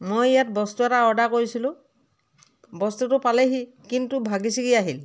মই ইয়াত বস্তু এটা অৰ্দাৰ কৰিছিলোঁ বস্তুটো পালেহি কিন্তু ভাগি চিঙি আহিল